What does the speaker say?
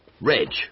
Reg